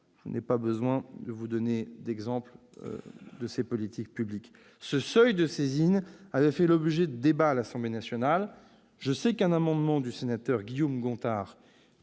Je n'ai pas besoin de vous donner d'exemples de ces politiques publiques. Ce seuil de saisine avait fait l'objet de débats à l'Assemblée nationale. Je sais qu'un amendement du sénateur Guillaume Gontard